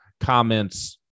comments